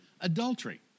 adultery